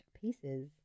pieces